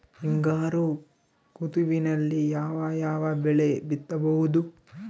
ಹಿಂಗಾರು ಋತುವಿನಲ್ಲಿ ಯಾವ ಯಾವ ಬೆಳೆ ಬಿತ್ತಬಹುದು?